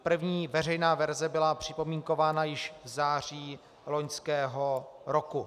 První veřejná verze byla připomínkována již v září loňského roku.